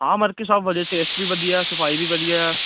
ਹਾਂ ਮਤਲਬ ਕਿ ਸਭ ਵਧੀਆ ਟੇਸਟ ਵੀ ਵਧੀਆ ਸਫਾਈ ਵੀ ਵਧੀਆ